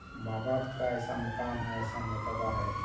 ماں باپ کا ایسا مقام ہے ایسا مرتبہ ہے